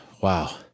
Wow